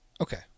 Okay